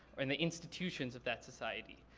or in the institutions of that society.